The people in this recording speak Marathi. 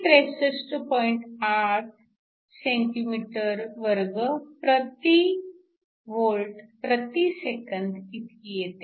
8 cm2 प्रति V प्रति S इतकी येते